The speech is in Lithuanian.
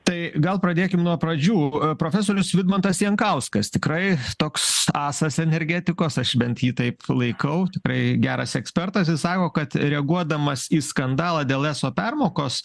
tai gal pradėkim nuo pradžių profesorius vidmantas jankauskas tikrai toks asas energetikos aš bent jį taip laikau tikrai geras ekspertas jis sako kad reaguodamas į skandalą dėl eso permokos